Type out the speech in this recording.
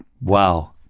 Wow